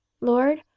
Lord